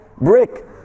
brick